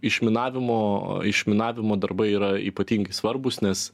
išminavimo išminavimo darbai yra ypatingai svarbūs nes